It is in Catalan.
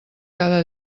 cada